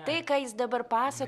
tai ką jis dabar pasa